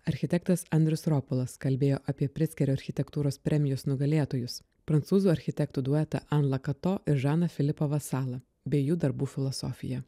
architektas andrius ropolas kalbėjo apie prickerio architektūros premijos nugalėtojus prancūzų architektų duetą an lakato ir žaną filipą vasalą bei jų darbų filosofiją